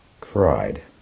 cried